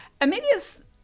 Amelia's